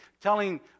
telling